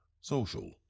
social